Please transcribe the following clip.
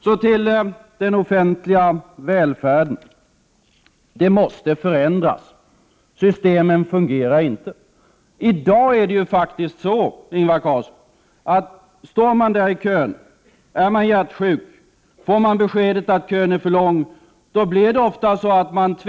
Så till den offentliga välfärden. Systemen fungerar inte. De måste förändras. I dag är det faktiskt så, Ingvar Carlsson, att står man i kön av hjärtsjuka och får besked att kön är för lång, tvingas man ofta låna på villan, Prot.